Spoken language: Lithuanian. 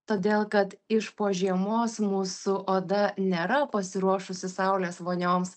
todėl kad iš po žiemos mūsų oda nėra pasiruošusi saulės vonioms